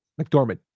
McDormand